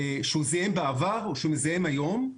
שהוא זיהם בעבר או שהוא מזהם היום,